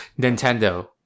Nintendo